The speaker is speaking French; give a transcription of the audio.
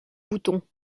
bouton